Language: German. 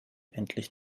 endlich